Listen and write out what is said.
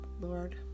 Lord